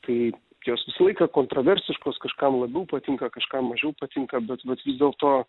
tai jos visą laiką kontroversiškos kažkam labiau patinka kažkam mažiau patinka bet bet vis dėlto